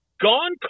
gone